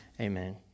amen